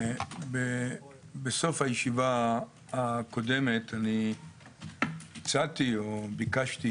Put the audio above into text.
בסוף הישיבה הקודמת הצעתי או ביקשתי